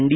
D